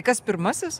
kas pirmasis